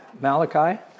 Malachi